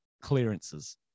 Clearances